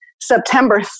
September